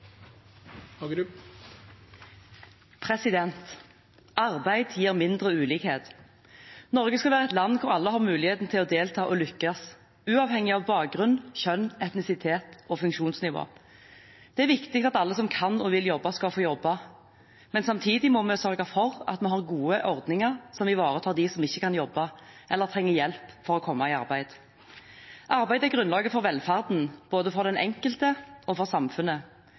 lommebøker. Arbeid gir mindre ulikhet. Norge skal være et land hvor alle har muligheten til å delta og lykkes, uavhengig av bakgrunn, kjønn, etnisitet og funksjonsnivå. Det er viktig at alle som kan og vil jobbe, skal få jobbe. Men samtidig må vi sørge for at vi har gode ordninger som ivaretar dem som ikke kan jobbe, eller som trenger hjelp for å komme i arbeid. Arbeid er grunnlaget for velferd, både for den enkelte og for samfunnet.